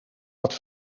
wat